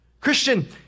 Christian